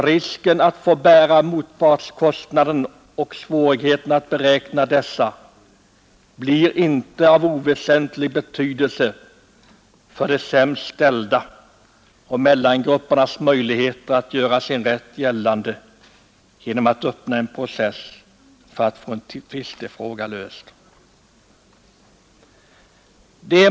Risken att få bära motpartskostnaden och svårigheten att beräkna den blir nämligen av inte oväsentlig betydelse för de sämst ställdas och mellangruppernas möjligheter att göra sin rätt gällande genom att öppna process för att få en tvistefråga löst.